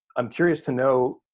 i'm curious to know.